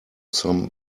some